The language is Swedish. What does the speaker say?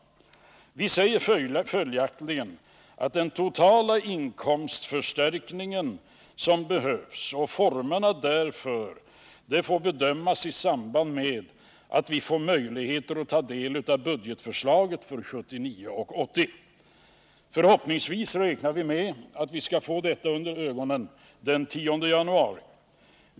Vi säger följaktligen att den totala inkomstförstärkningen som behövs och formerna därför får bedömas i samband med att vi får möjligheter att ta del av budgetförslaget. Vi räknar med att förhoppningsvis ha detta framför ögonen den 10 januari.